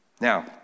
Now